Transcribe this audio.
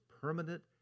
permanent